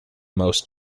most